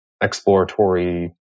exploratory